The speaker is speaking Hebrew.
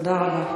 תודה רבה.